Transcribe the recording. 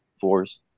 force